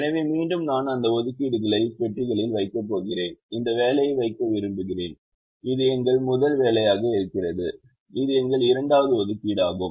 எனவே மீண்டும் நான் அந்த ஒதுக்கீடுகளை பெட்டிகளில் வைக்கப் போகிறேன் அந்த வேலையை வைக்க விரும்புகிறேன் இது எங்கள் முதல் வேலையாக இருந்தது இது எங்கள் இரண்டாவது ஒதுக்கீடாகும்